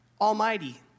Almighty